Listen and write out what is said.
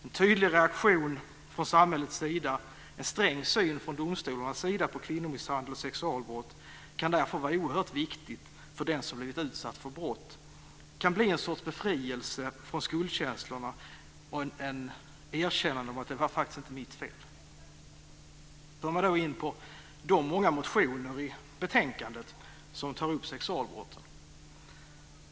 En tydlig reaktion från samhällets sida och en sträng syn från domstolarnas sida på kvinnomisshandel och sexualbrott kan därför vara oerhört viktig för den som blivit utsatt för brott. Det kan bli en sorts befrielse från skuldkänslorna och ett erkännande av att det faktiskt inte var mitt fel. Då kommer vi in på de många motioner i betänkandet som tar upp sexualbrotten.